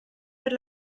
per